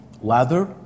lather